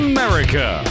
America